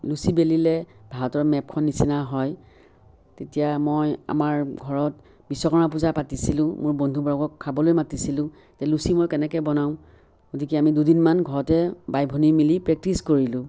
লুচি বেলিলে ভাৰতৰ মেপখন নিচিনা হয় তেতিয়া মই আমাৰ ঘৰত বিশ্বকৰ্মা পূজা পাতিছিলোঁ মোৰ বন্ধু বৰ্গক খাবলৈ মাতিছিলোঁ এতিয়া লুচি মই কেনেকে বনাওঁ গতিকে আমি দুদিনমান ঘৰতে বাই ভনী মিলি প্ৰেক্টিছ কৰিলোঁ